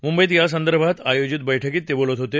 मुंबईत यासंदर्भात आयोजित बैठकीत ते बोलत होते